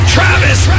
Travis